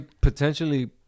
potentially